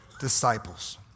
disciples